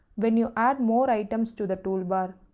when you add more items to the toolbar.